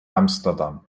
amsterdam